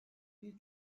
bir